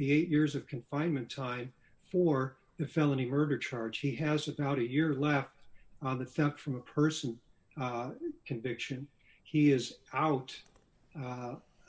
the eight years of confinement time for the felony murder charge he has about a year left on the theft from a person conviction he is out